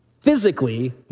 physically